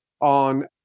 on